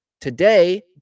today